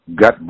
Gut